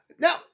Now